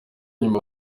nyuma